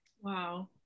Wow